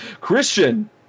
Christian